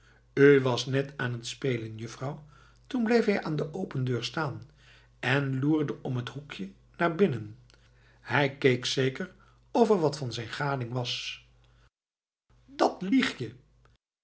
u was net aan t spelen juffrouw toen bleef hij aan de open deur staan en loerde om het hoekje naar binnen hij keek zeker of er wat van zijn gading was dat